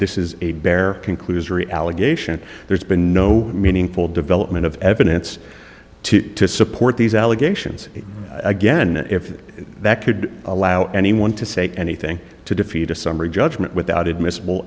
this is a bare conclusory allegation there's been no meaningful development of evidence to support these allegations again if that could allow anyone to say anything to defeat a summary judgment without admissible